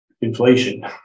inflation